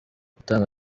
gutanga